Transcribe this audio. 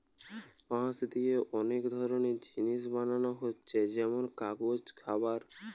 বাঁশ দিয়ে অনেক ধরনের জিনিস বানানা হচ্ছে যেমন কাগজ, খাবার